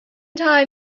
time